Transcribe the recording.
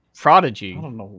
prodigy